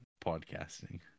podcasting